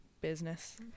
business